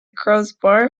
crossbar